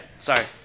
sorry